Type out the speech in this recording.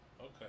Okay